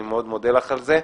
אני מאוד מודה לך על זה.